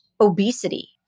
obesity